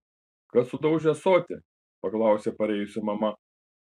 kas sudaužė ąsotį paklausė parėjusi mama